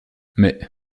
mais